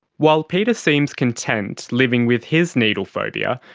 while peter seems content living with his needle phobia,